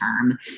term